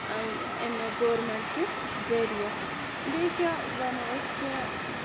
امہِ گورمنٹ کہِ ذریعہِ بییٚہِ کیاہ وَنو أسۍ کہِ